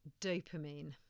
dopamine